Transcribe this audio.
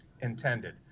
intended